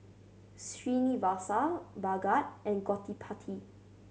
Srinivasa Bhagat and Gottipati